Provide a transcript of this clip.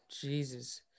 Jesus